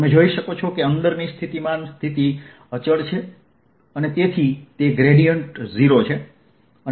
તમે જોઈ શકો છો કે અંદરની સ્થિતિમાન સ્થિતિ અચળ છે અને તેથી તે ગ્રેડીયેંટ 0 છે